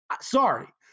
Sorry